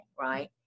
right